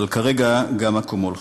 אבל כרגע גם אקמול חשוב.